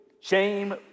shame